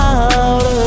out